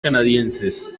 canadienses